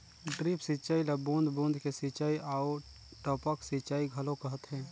drip सिंचई ल बूंद बूंद के सिंचई आऊ टपक सिंचई घलो कहथे